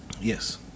Yes